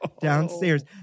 downstairs